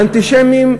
ואקצנטים אנטישמיים,